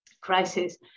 crisis